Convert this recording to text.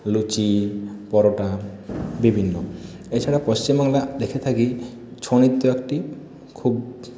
লুচি পরোটা বিভিন্ন এছাড়া পশ্চিমবঙ্গে দেখে থাকি ছৌ নৃত্য একটি খুব